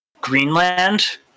Greenland